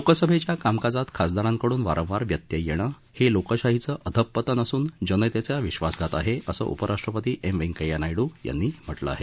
लोकसभेच्या कामकाजात खासदारांकडून वारंवार व्यत्यय येणं हे लोकशाहीचं अधःपतन असून जनतेचा विश्वासघात आहे असं उपराष्ट्रपती एम व्यंकय्या नायडू यांनी म्हटलं आहे